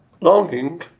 longing